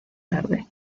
tarde